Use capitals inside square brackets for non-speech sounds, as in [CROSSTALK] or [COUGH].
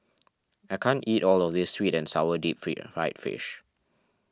I can't eat all of this Sweet and Sour Deep [UNINTELLIGIBLE] Fried Fish